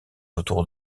autour